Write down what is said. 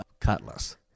Cutlass